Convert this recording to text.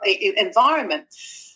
environment